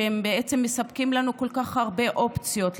שבעצם מספקים לנו כל כך הרבה אופציות,